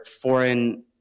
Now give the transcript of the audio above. foreign